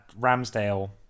Ramsdale